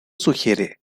sugiere